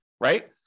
right